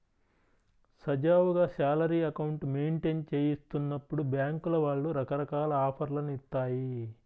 సజావుగా salary account maintain చేస్తున్నప్పుడు బ్యేంకుల వాళ్ళు రకరకాల ఆఫర్లను ఇత్తాయి